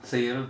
same